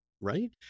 right